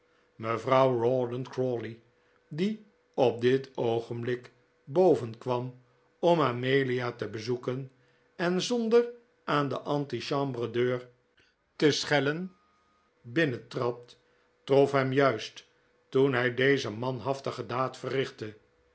mevrouw rawdon crawley die op dit oogenblik boven kwam om amelia te bezoeken en zonder aan de antichambre deur te schellen binnentrad trof hem juist toen hij deze manhaftige daad verrichtte